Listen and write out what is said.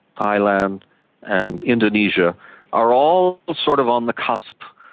thailand and indonesia are all sort of on the cusp.